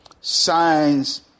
signs